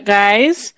guys